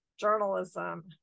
journalism